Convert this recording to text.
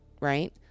right